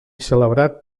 celebrat